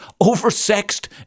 oversexed